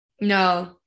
No